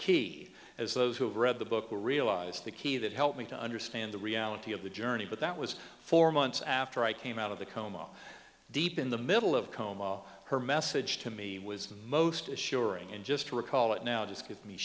key as those who have read the book will realize the key that helped me to understand the reality of the journey but that was four months after i came out of the coma deep in the middle of coma her message to me was most assuring and just to recall it now does give me